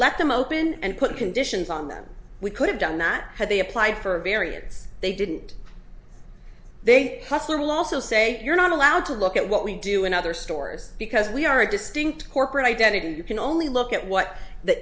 left them open and put conditions on them we could have done not had they apply for a variance they didn't they hustler will also say you're not allowed to look at what we do in other stores because we are a distinct corporate identity and you can only look at what the